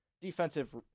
defensive